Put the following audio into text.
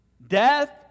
Death